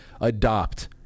adopt